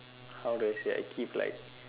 how do I say I keep like